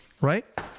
right